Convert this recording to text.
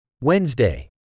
Wednesday